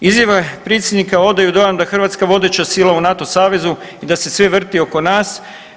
Izjava predsjednika odaju dojam da je Hrvatska vodeća sila u NATO savezu i da se sve vrti oko nas.